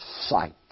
sight